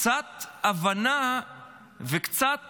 קצת הבנה וקצת